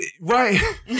Right